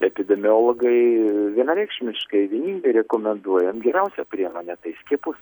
epidemiologai vienareikšmiškai vieningai rekomenduojam geriausią priemonę tai skiepus